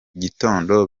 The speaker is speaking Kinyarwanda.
gitondo